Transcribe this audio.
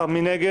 11. מי נגד?